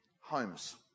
homes